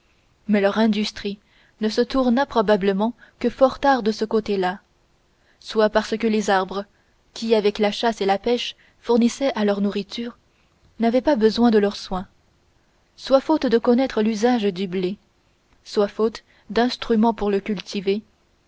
mais leur industrie ne se tourna probablement que fort tard de ce côté-là soit parce que les arbres qui avec la chasse et la pêche fournissaient à leur nourriture n'avaient pas besoin de leurs soins soit faute de connaître l'usage du blé soit faute d'instruments pour le cultiver